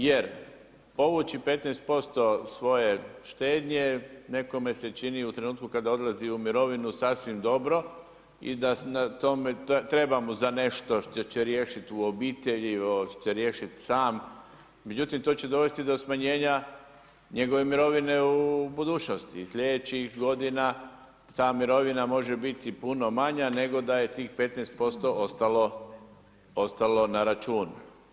Jer, povući 15% svoje štednje nekome se čini u trenutku kada odlazi u mirovinu sasvim dobro i da na tome, treba mu za nešto što će riješiti u obitelji, što će riješiti sam, međutim to će dovesti do smanjenja njegove mirovine u budućnosti, i sljedećih godina ta mirovina može biti puno manja nego da je tih 15% ostalo na računu.